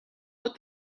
but